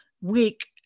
week